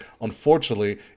Unfortunately